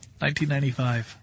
1995